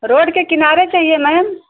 road के किनारे चाहिए मैम